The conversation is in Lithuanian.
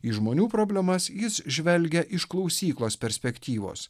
į žmonių problemas jis žvelgia iš klausyklos perspektyvos